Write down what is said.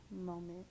moment